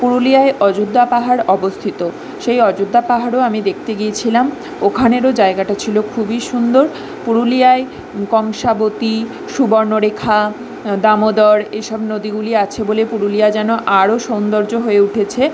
পুরুলিয়ায় অযোধ্যা পাহাড় অবস্থিত সেই অযোধ্যা পাহাড়ও আমি দেখতে গিয়েছিলাম ওখানেরও জায়গাটা ছিল খুবই সুন্দর পুরুলিয়ায় কংসাবতী সুবর্ণরেখা দামোদর এইসব নদীগুলি আছে বলে পুরুলিয়া যেন আরো সৌন্দর্য হয়ে উঠেছে